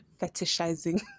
fetishizing